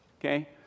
Okay